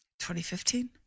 2015